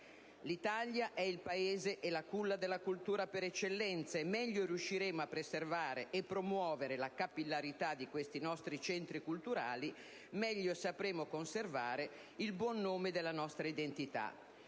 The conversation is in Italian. L'Italia è il Paese e la culla della cultura per eccellenza, e meglio riusciremo a preservare e promuovere la capillarità di questi nostri centri culturali, meglio sapremo conservare il buon nome della nostra identità.